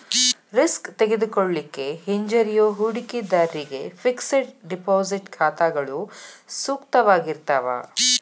risk ತೆಗೆದುಕೊಳ್ಳಿಕ್ಕೆ ಹಿಂಜರಿಯೋ ಹೂಡಿಕಿದಾರ್ರಿಗೆ ಫಿಕ್ಸೆಡ್ ಡೆಪಾಸಿಟ್ ಖಾತಾಗಳು ಸೂಕ್ತವಾಗಿರ್ತಾವ